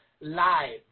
live